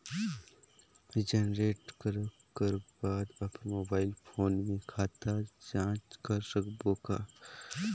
Generate करक कर बाद अपन मोबाइल फोन मे खाता जांच कर सकबो कौन?